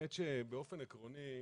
באופן עקרוני,